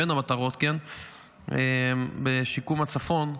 בין המטרות לשיקום הצפון,